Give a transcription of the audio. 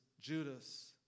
Judas